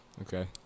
Okay